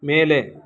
ಮೇಲೆ